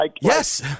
Yes